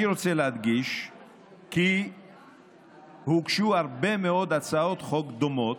אני רוצה להדגיש כי הוגשו הרבה מאוד הצעות חוק דומות,